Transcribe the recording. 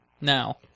Now